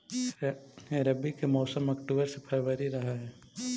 रब्बी के मौसम अक्टूबर से फ़रवरी रह हे